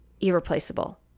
irreplaceable